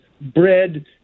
bread